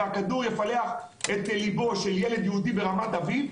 והכדור יפלח את ליבו של ילד יהודי ברמת אביב,